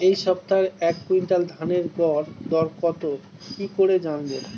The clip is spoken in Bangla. এই সপ্তাহের এক কুইন্টাল ধানের গর দর কত কি করে জানবো?